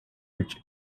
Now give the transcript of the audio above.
which